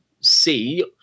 see